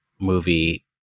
movie